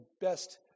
best